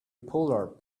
polar